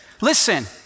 listen